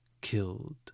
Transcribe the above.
killed